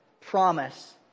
promise